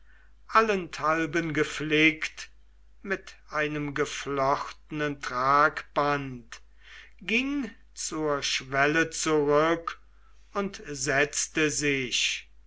allenthalben geflickt mit einem geflochtenen tragband ging zur schwelle zurück und setzte sich